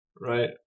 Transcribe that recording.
Right